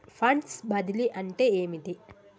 Funds బదిలీ అంటే ఏమిటి?